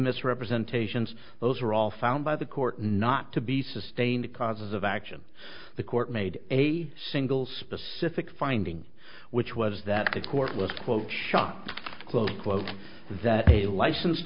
misrepresentations those were all found by the court not to be sustained causes of action the court made a single specific finding which was that the court was quote shocked close quote that a license